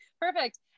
perfect